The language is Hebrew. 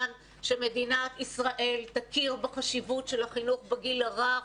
שמדינת ישראל תכיר בחשיבות של החינוך בגיל הרך,